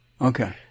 Okay